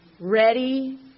Ready